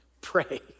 pray